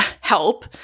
help